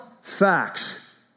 facts